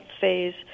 phase